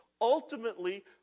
ultimately